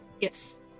Yes